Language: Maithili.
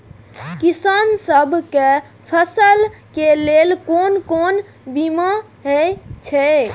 किसान सब के फसल के लेल कोन कोन बीमा हे छे?